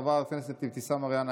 חברת הכנסת אבתיסאם מראענה,